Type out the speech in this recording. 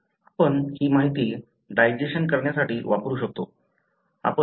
आपण ही माहिती डायजेशन करण्यासाठी वापरू शकतो